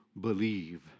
believe